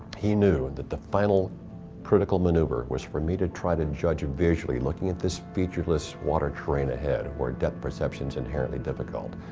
he knew that the final critical maneuver was for me to try to judge visually, looking at this featureless water train ahead, where depth perception's inherently difficult,